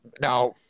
Now